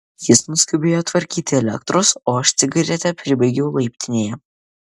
jis nuskubėjo tvarkyti elektros o aš cigaretę pribaigiau laiptinėje